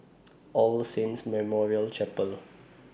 All Saints Memorial Chapel